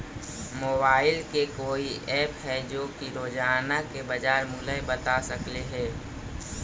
Mobile के कोइ app है जो कि रोजाना के बाजार मुलय बता सकले हे?